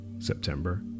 September